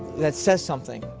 that says something.